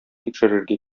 тикшерергә